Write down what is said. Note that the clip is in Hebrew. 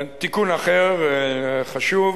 2. תיקון אחר חשוב,